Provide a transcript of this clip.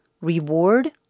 Reward